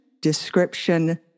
description